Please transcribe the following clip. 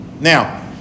Now